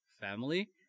family